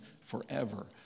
forever